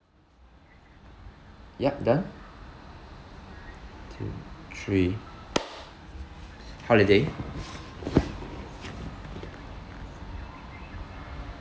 yup done two three holiday